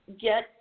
get